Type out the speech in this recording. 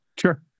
Sure